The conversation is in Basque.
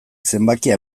zenbakia